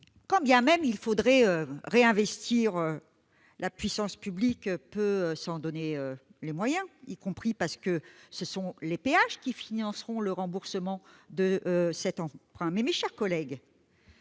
Quand bien même il faudrait investir, la puissance publique peut s'en donner les moyens, d'autant que ce sont les péages qui financeront le remboursement de cet emprunt. Mes chers collègues,